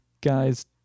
guys